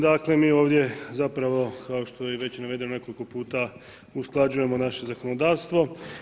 Dakle, mi ovdje zapravo kao što je već i navedeno nekoliko puta usklađujemo naše zakonodavstvo.